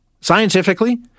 Scientifically